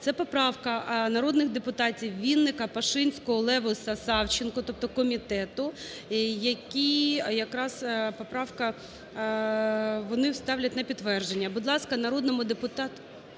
Це поправка народних депутатів Вінника, Пашинського, Левуса, Савченко, тобто комітету, яку якраз, поправку, вони ставлять на підтвердження. Будь ласка, народному депутату…